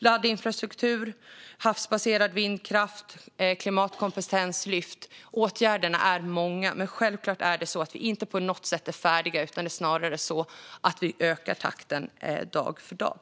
Laddinfrastruktur, havsbaserad vindkraft, klimatkompetenslyft - åtgärderna är många. Men självklart är vi inte på något sätt färdiga. Snarare ökar vi takten dag för dag.